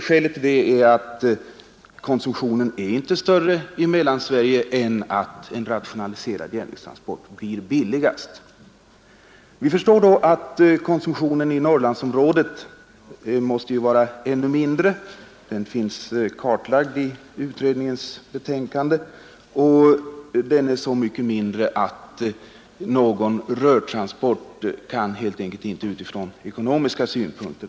Skälet till detta är att konsumtionen trots allt inte är större i Mellansverige än att rationaliserad järnvägstransport blir billigast. Konsumtionen i Norrlandsområdet är betydligt mindre. Den finns kartlagd i utredningens betänkande. Den är förhållandevis så liten att någon rörtransport inte kan övervägas utifrån ekonomiska synpunkter.